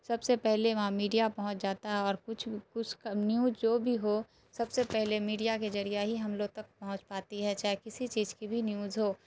سب سے پہلے وہاں میڈیا پہنچ جاتا ہے اور کچھ کچھ کا نیوج جو بھی ہو سب سے پہلے میڈیا کے ذریعہ ہی ہم لوگ تک پہنچ پاتی ہے چاہے کسی چیز کی بھی نیوز ہو